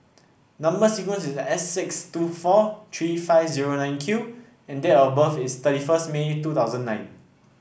number sequence is S six two four three five zero nine Q and date of birth is thirty first May two thousand nine